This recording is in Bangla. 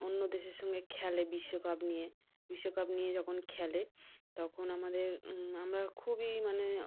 অন্য দেশের সঙ্গে খেলে বিশ্বকাপ নিয়ে বিশ্বকাপ নিয়ে যখন খেলে তখন আমাদের আমরা খুবই মানে